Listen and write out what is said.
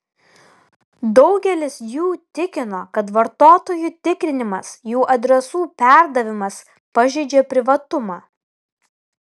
daugelis jų tikino kad vartotojų tikrinimas jų adresų perdavimas pažeidžia privatumą